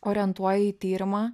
orientuoji į tyrimą